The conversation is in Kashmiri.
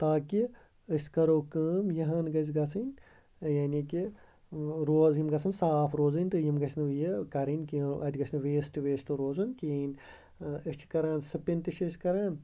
تاکہِ أسۍ کَرو کٲم یِہَن گٔژھہِ گژھٕنۍ یعنی کہِ روز یِم کَژھَن صاف روزٕنۍ تہٕ یِم گَژھَن نہٕ یِم کَرٕنۍ کیٚنٛہہ اَتہِ گَژھہِ نہٕ ویسٹ ویسٹ روزُن کِہیٖنۍ أسۍ چھِ کَران سٕپِن تہِ چھِ أسۍ کَران